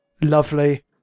Lovely